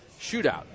shootout